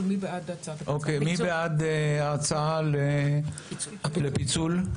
מי בעד ההצעה לפיצול?